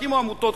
תקימו עמותות,